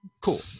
cool